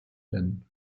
denn